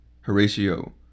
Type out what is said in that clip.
Horatio